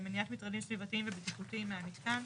למניעת מטרדים סביבתיים ובטיחותיים מהמיתקן.